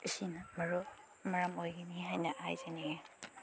ꯑꯁꯤꯅ ꯃꯔꯨ ꯃꯔꯝ ꯑꯣꯏꯒꯅꯤ ꯍꯥꯏꯅ ꯍꯥꯏꯖꯅꯤꯡꯉꯤ